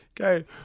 Okay